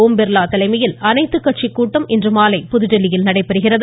ஓம்பிர்லா தலைமையில் அனைத்துக் கட்சி கூட்டம் இன்றுமாலை புதுதில்லியில் நடைபெறுகிறது